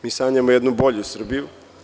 Mi sanjamo jednu bolju Srbiju.